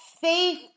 faith